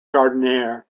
gardiner